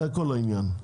זה העניין.